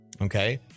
okay